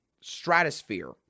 stratosphere